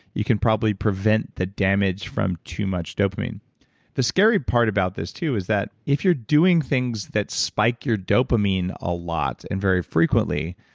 you can probably prevent the damage from too much dopamine the scary part about this, too, is that if you're doing things that spike your dopamine a lot, and very frequently,